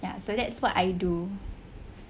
ya so that's what I do